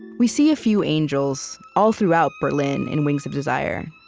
we see a few angels all throughout berlin in wings of desire,